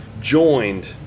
joined